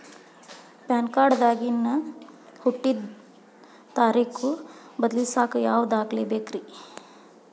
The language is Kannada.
ಪ್ಯಾನ್ ಕಾರ್ಡ್ ದಾಗಿನ ಹುಟ್ಟಿದ ತಾರೇಖು ಬದಲಿಸಾಕ್ ಯಾವ ದಾಖಲೆ ಬೇಕ್ರಿ?